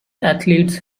athletes